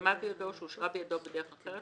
שנחתמה בידו או שאושרה בידו בדרך אחרת,